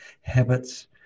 habits